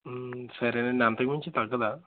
సరే అండి అంతకుమించి తగ్గదా